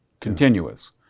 Continuous